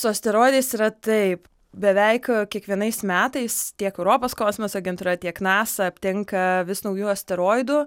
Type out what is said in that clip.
su asteroidais yra taip beveik kiekvienais metais tiek europos kosmoso agentūra tiek nasa aptinka vis naujų asteroidų